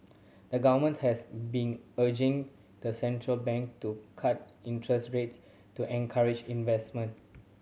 the government has been urging the central bank to cut interest rates to encourage investment